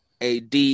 AD